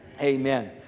Amen